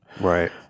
right